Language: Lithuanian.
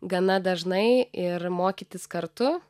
gana dažnai ir mokytis kartu